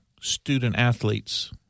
student-athletes